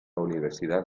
universidad